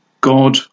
God